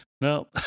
No